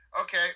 Okay